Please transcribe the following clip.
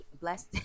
blessed